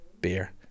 beer